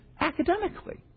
academically